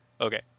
Okay